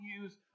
use